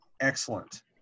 excellent